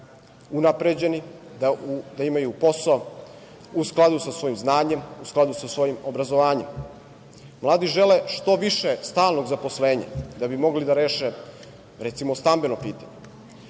da imaju posao u skladu sa svojim znanjem, u skladu sa svojim obrazovanjem, mladi žele što više stalnog zaposlenja da bi mogli da reše, recimo, stambeno pitanje. Ako